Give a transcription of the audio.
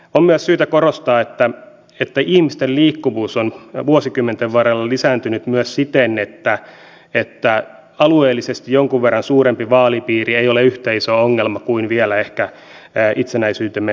on myös syytä korostaa että ihmisten liikkuvuus on vuosikymmenten varrella lisääntynyt myös siten että alueellisesti jonkun verran suurempi vaalipiiri ei ole yhtä iso ongelma kuin vielä ehkä itsenäisyytemme alkuaikoina